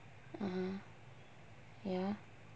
(uh huh) ya